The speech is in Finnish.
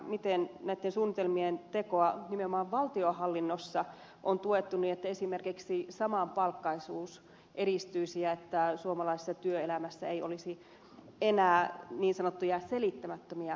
miten näitten suunnitelmien tekoa nimenomaan valtionhallinnossa on tuettu niin että esimerkiksi samapalkkaisuus edistyisi ja että suomalaisessa työelämässä ei olisi enää niin sanottuja selittämättömiä palkkojen eroja